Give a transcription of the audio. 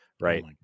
Right